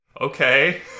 okay